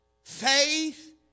Faith